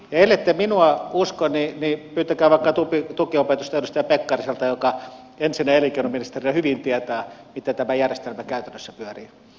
ellette minua usko niin pyytäkää vaikka tukiopetusta edustaja pekkariselta joka entisenä elinkeinoministerinä hyvin tietää miten tämä järjestelmä käytännössä pyörii